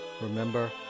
remember